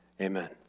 Amen